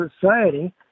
society